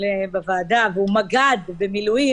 אין זימון